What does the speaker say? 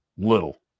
little